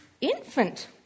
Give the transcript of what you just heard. infant